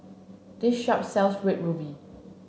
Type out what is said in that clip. this shop sells red ruby